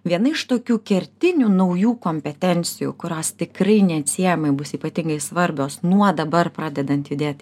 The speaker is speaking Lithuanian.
viena iš tokių kertinių naujų kompetencijų kurios tikrai neatsiejamai bus ypatingai svarbios nuo dabar pradedant judėt